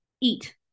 eat